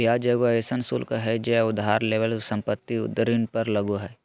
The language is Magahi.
ब्याज एगो अइसन शुल्क हइ जे उधार लेवल संपत्ति ऋण पर लगो हइ